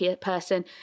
person